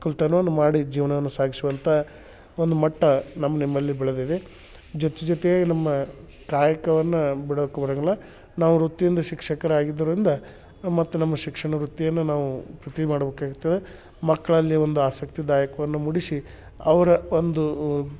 ಒಕ್ಕಲ್ತನವನ್ನು ಮಾಡಿ ಜೀವನವನ್ನು ಸಾಗಿಸುವಂಥ ಒಂದು ಮಟ್ಟ ನಮ್ಮ ನಿಮ್ಮಲ್ಲಿ ಬೆಳ್ದಿದೆ ಜೊತೆ ಜೊತೆಯಾಗಿ ನಮ್ಮ ಕಾಯಕವನ್ನ ಬಿಡೋಕ್ಕು ಬರಂಗಿಲ್ಲ ನಾವು ವೃತ್ತಿಯಿಂದ ಶಿಕ್ಷಕರಾಗಿದರಿಂದ ಮತ್ತು ನಮ್ಮ ಶಿಕ್ಷಣ ವೃತ್ತಿಯನ್ನ ನಾವು ಪ್ರತಿ ಮಾಡಬೇಕಾಯ್ತದ ಮಕ್ಕಳಲ್ಲಿ ಒಂದು ಆಸಕ್ತಿದಾಯಕವನ್ನ ಮೂಡಿಸಿ ಅವರ ಒಂದು